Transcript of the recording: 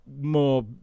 more